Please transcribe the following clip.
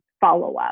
follow-up